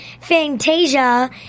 Fantasia